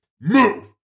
move